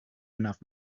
enough